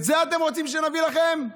את זה אתם רוצים שנביא לכם?